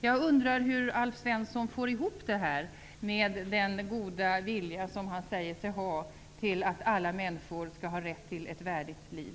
Jag undrar hur Alf Svensson får ihop detta med den goda vilja som han säger sig ha till att alla männsikor skall ha rätt till ett värdigt liv.